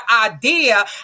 idea